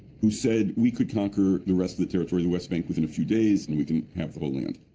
who said, we could conquer the rest of the territory of the west bank within a few days, and we can have the whole land.